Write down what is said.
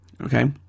okay